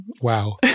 Wow